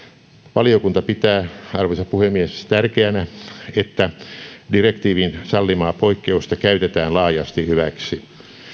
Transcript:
valiokunta pitää arvoisa puhemies tärkeänä että direktiivin sallimaa poikkeusta käytetään laajasti hyväksi